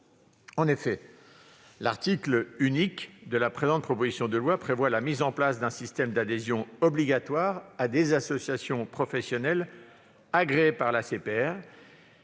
En effet, l'article unique de la présente proposition de loi prévoit la mise en place d'un système d'adhésion obligatoire à des associations professionnelles agréées par l'ACPR,